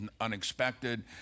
unexpected